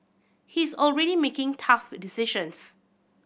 he is already making tough decisions